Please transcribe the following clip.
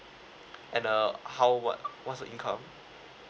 and uh how what what's your income